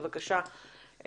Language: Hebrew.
בבקשה,